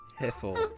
Huffle